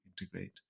integrate